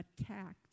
attacked